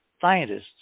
scientists